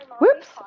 whoops